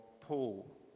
Paul